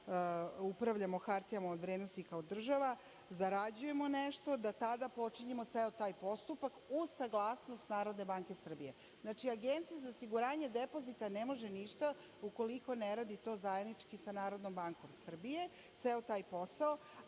upravljamo hartijama od vrednosti kao država, zarađujemo nešto, da tada počinjemo ceo taj postupak, uz saglasnost Narodne banke Srbije. Znači, Agencija za osiguranje depozita ne može ništa, ukoliko ne radi to zajednički sa Narodnom bankom Srbije, ceo taj posao.